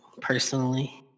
Personally